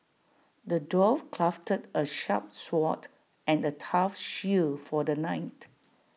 the dwarf crafted A sharp sword and A tough shield for the knight